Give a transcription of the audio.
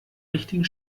richtigen